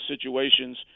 situations